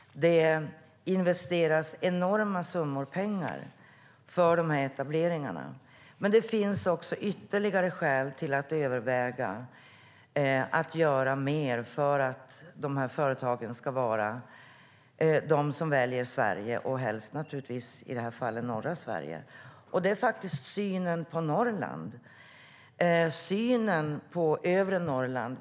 Det investeras enorma summor pengar i etableringarna. Men det finns ytterligare skäl till att överväga att göra mer för att de här företagen ska välja Sverige, i det här fallet helst norra Sverige. Det handlar om synen på Norrland, framför allt övre Norrland.